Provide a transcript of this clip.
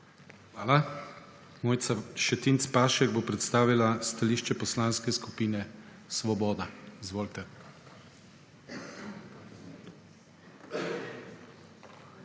Hvala. Mojca Šetinc Pašek bo predstavila stališče Poslanske skupine Svoboda. Izvolite.